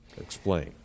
Explain